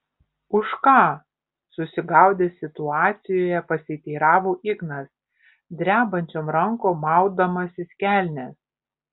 už ką susigaudęs situacijoje pasiteiravo ignas drebančiom rankom maudamasis kelnes